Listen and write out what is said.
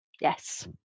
Yes